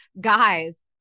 guys